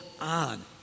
on